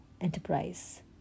enterprise